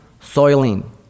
soiling